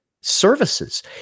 services